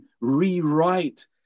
rewrite